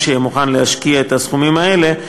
שיהיה מוכן להשקיע את הסכומים האלה,